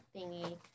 thingy